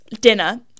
dinner